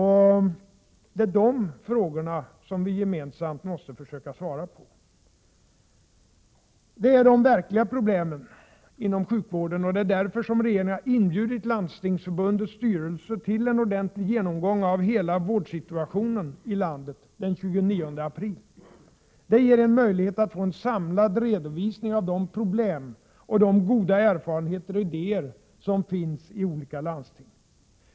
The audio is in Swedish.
Dessa frågor måste vi gemensamt försöka svara på. Det är de verkliga problemen inom sjukvården. Regeringen har därför inbjudit Landstingsförbundets styrelse till en ordentlig genomgång av vårdsituationen i hela landet den 29 april. Det ger en möjlighet att få en samlad redovisning av de problem och de goda erfarenheter och idéer som finns i olika landsting.